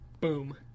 Boom